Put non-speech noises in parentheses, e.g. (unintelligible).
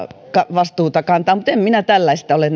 vastuuta en minä ole (unintelligible)